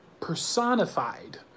personified